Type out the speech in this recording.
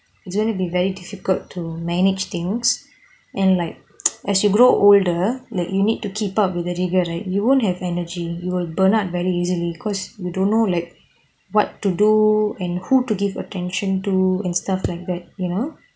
it's going to be very difficult to manage things and like as you grow older like you need to keep up with the rigour right you won't have energy you will burn out very easily because we don't know like what to do and who to give attention to and stuff like that you know